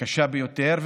קשה ביותר,